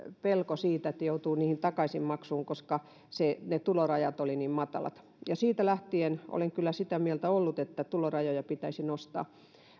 pelko siitä että joutuu siihen takaisinmaksuun koska tulorajat olivat niin matalat siitä lähtien olen kyllä sitä mieltä ollut että tulorajoja pitäisi nostaa